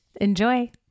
Enjoy